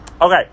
okay